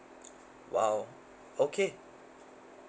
!wow! okay